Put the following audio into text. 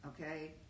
Okay